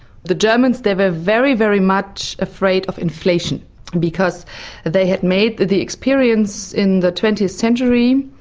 the germans, they were very, very much afraid of inflation because they had made the the experience in the twentieth century,